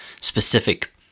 specific